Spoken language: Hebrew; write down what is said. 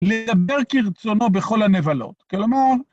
‫לדבר כרצונו בכל הנבלות. ‫כלומר...